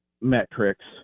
metrics